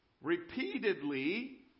repeatedly